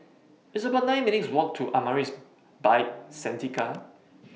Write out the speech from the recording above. It's about nine minutes' Walk to Amaris By Santika